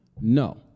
no